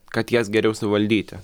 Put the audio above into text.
kad jas geriau suvaldyti